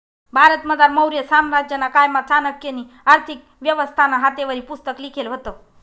भारतमझार मौर्य साम्राज्यना कायमा चाणक्यनी आर्थिक व्यवस्थानं हातेवरी पुस्तक लिखेल व्हतं